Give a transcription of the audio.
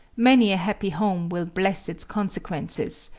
many a happy home will bless its consequences,